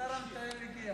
השר המתאם הגיע.